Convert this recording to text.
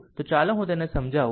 તો ચાલો હું તેને સમજાવું